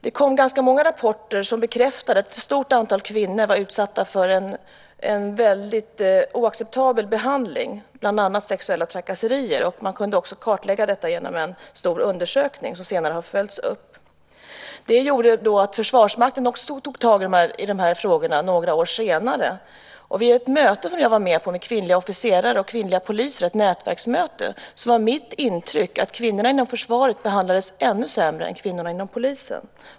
Det kom ganska många rapporter som bekräftade att ett stort antal kvinnor var utsatta för en oacceptabel behandling, bland annat för sexuella trakasserier, vilket också kartlades i en stor undersökning som senare har följts upp. Det gjorde att också Försvarsmakten tog tag i dessa frågor några år senare. Vid ett nätverksmöte som jag var med på med kvinnliga officerare och kvinnliga poliser fick jag intrycket att kvinnorna inom försvaret behandlades ännu sämre än kvinnorna inom polisen.